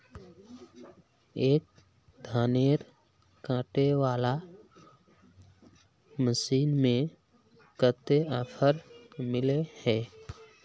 एक धानेर कांटे वाला मशीन में कते ऑफर मिले है?